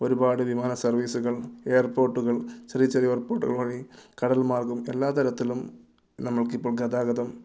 ഒരുപാട് വിമാന സർവ്വീസുകൾ എയർപോർട്ടുകൾ ചെറിയ ചെറിയ എയർപോർട്ടുകൾ വഴി കടൽ മാർഗ്ഗം എല്ലാതരത്തിലും നമ്മൾക്കിപ്പോൾ ഗതാഗതം